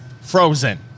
frozen